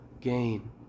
gain